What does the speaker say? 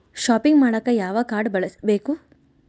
Shopping ಮಾಡಾಕ ಯಾವ card ಬಳಸಬೇಕು?